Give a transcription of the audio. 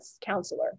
counselor